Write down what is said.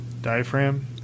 Diaphragm